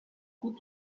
coup